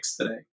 today